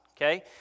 Okay